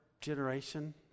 generation